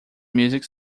music